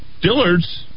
Dillard's